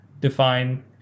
define